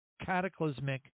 cataclysmic